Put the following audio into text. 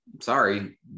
Sorry